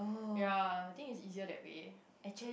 ya I think it's easier that way